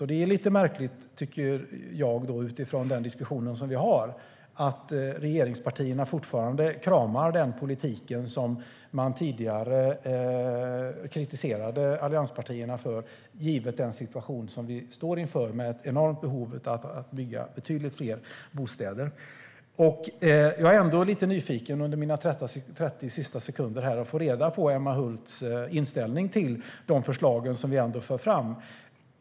Jag tycker att det är lite märkligt, utifrån den diskussion som vi har, att regeringspartierna fortfarande kramar den politik som de tidigare kritiserade allianspartierna för, givet den situation som vi står inför med ett enormt behov av att bygga betydligt fler bostäder. Jag är lite nyfiken på att få reda på Emma Hults inställning till de förslag som vi för fram.